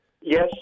Yes